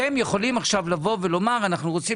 אתם יכולים עכשיו לבוא ולומר אנחנו רוצים